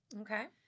Okay